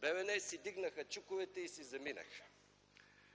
„Белене”, си вдигнаха чуковете и си заминаха.